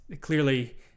clearly